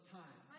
time